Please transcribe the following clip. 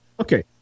Okay